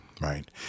right